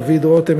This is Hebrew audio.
דוד רותם,